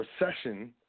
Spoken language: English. recession